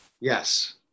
Yes